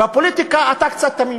בפוליטיקה אתה קצת תמים,